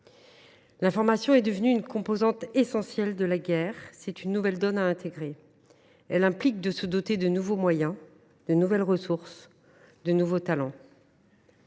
L’information est devenue une composante essentielle de la guerre. C’est une nouvelle donne à intégrer. Elle implique de se doter de nouveaux moyens, de nouvelles ressources, de nouveaux talents.